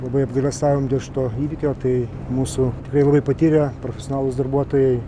labai apgailestaujam dėl šito įvykio tai mūsų tikrai labai patyrę profesionalūs darbuotojai